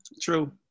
True